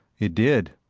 it did.